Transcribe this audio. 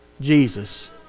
Jesus